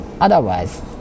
Otherwise